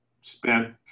spent